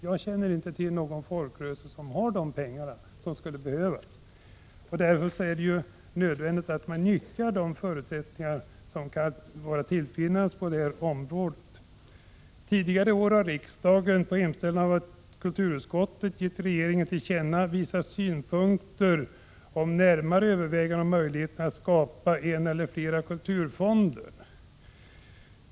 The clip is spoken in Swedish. Jag känner inte till någon folkrörelse som har de pengar som skulle behövas. Därför är det nödvändigt att nyttja de förutsättningar som kan vara till finnandes på detta område. Tidigare i år har riksdagen på hemställan av kulturutskottet gett regeringen till känna vissa synpunkter om närmare överväganden beträffande möjligheterna att skapa en eller flera kulturfonder.